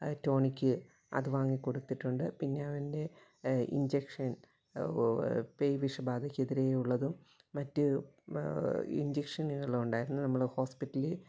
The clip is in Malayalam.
ടോണിക്ക് അത് വാങ്ങി കൊടുത്തിട്ടുണ്ട് പിന്നെ അവൻ്റെ ഇൻജെക്ഷൻ പേ വിഷബാധക്ക് എതിരെയുള്ളതും മറ്റ് ഇഞ്ചക്ഷനുകളുണ്ടായിരുന്നു നമ്മൾ ഹോസ്പിറ്റൽല്